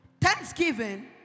Thanksgiving